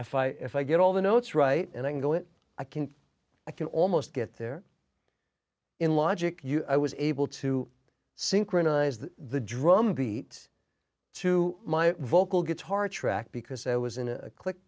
if i if i get all the notes right and i go it i can i can almost get there in logic i was able to synchronize the drum beat to my vocal guitar track because i was in a click